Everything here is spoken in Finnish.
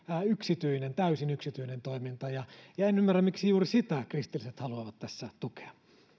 täysin yksityinen toiminta ja ja en ymmärrä miksi juuri sitä kristilliset haluavat tässä tukea